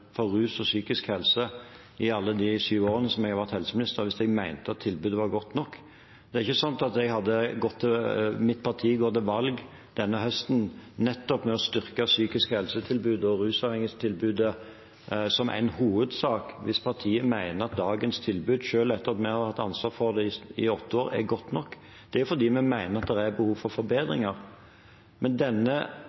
for rus og psykisk helse i alle de syv årene jeg har vært helseminister, hvis jeg mente at tilbudet var godt nok. Det er ikke sånn at mitt parti hadde gått til valg denne høsten nettopp på å styrke psykisk helse-tilbudet og tilbudet til rusavhengige som en hovedsak hvis partiet hadde ment at dagens tilbud, selv etter at vi har hatt ansvar for det i åtte år, er godt nok. Det er jo fordi vi mener det er behov for